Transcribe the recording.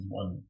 one